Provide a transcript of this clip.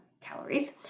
calories